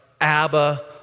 Abba